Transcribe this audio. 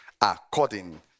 according